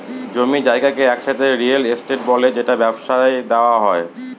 জমি জায়গাকে একসাথে রিয়েল এস্টেট বলে যেটা ব্যবসায় দেওয়া হয়